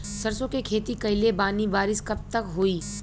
सरसों के खेती कईले बानी बारिश कब तक होई?